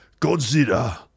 Godzilla